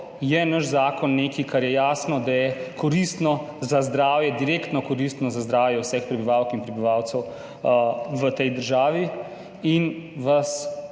je naš zakon nekaj, kar je jasno, da je koristno za zdravje, direktno koristno za zdravje vseh prebivalk in prebivalcev v tej državi. Še